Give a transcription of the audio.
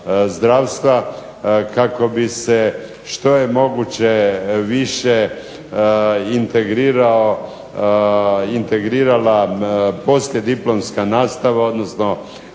zdravstva kako bi se što je moguće više integrirala poslijediplomska nastava, odnosno